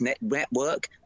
network